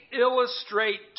illustrate